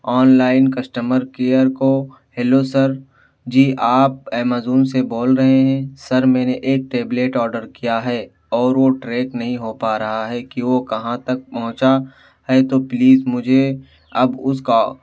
on line customer care کو hello sir جی آپ ایمازون سے بول رہے ہیں سر میں نے ایک ٹیبلیٹ آرڈر کیا ہے اور وہ ٹریک نہیں ہو پا رہا ہے کہ وہ کہاں تک پہنچا ہے تو پلیز مجھے اب اس کا